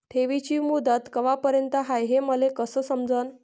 ठेवीची मुदत कवापर्यंत हाय हे मले कस समजन?